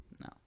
No